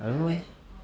I don't know eh